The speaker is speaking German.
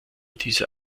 dieser